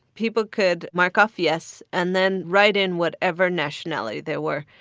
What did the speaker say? people could mark off yes and then write in whatever nationality they were.